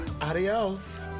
Adios